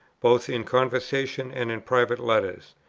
both in conversation and in private letters.